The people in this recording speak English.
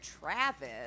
Travis